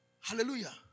Hallelujah